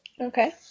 Okay